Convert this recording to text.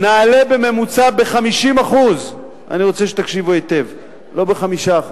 נעלה בממוצע ב-50% אני רוצה שתקשיבו היטב: לא ב-5%,